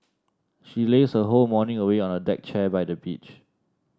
she lazed her whole morning away on a deck chair by the beach